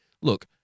look